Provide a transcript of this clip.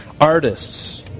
artists